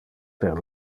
per